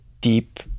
deep